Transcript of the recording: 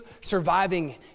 surviving